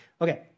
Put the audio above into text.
Okay